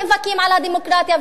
אנחנו נאבקים על הדמוקרטיה,